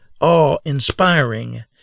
awe-inspiring